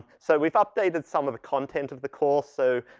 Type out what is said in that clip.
so we've updated some of the content of the course. so,